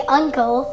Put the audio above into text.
uncle